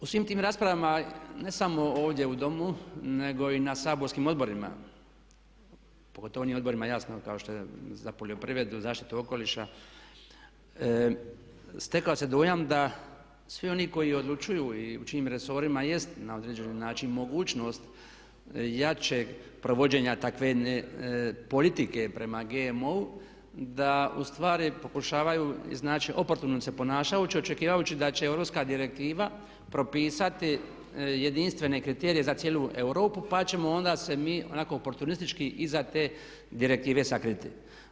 U svim tim raspravama ne samo ovdje u Domu nego i na saborskim odborima, pogotovo onim odborima jasno kao što su za poljoprivredu, zaštitu okoliša stekao se dojam da svi oni koji odlučuju i u čijim resorima jest na određeni način mogućnost jačeg provođenja takve jedne politike prema GMO-u da ustvari pokušavaju iznaći i oportuno se ponašaju očekivajući da će europska direktiva propisati jedinstvene kriterije za cijelu Europu pa ćemo onda se mi onako oportunistički iza te direktive sakriti.